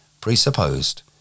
presupposed